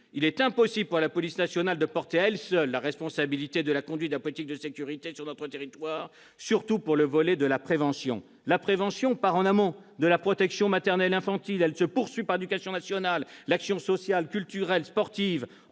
Il est impossible pour la police nationale de porter, à elle seule, la responsabilité de la conduite de la politique de sécurité sur notre territoire, surtout pour le volet de la prévention. La prévention part en amont de la protection maternelle et infantile ; elle se poursuit avec l'éducation nationale et l'action sociale, culturelle et sportive.